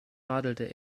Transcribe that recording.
radelte